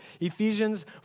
Ephesians